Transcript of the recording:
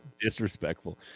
Disrespectful